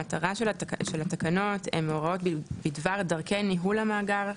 מטרת התקנות הן הוראות בדבר דרכי ניהול המאגר,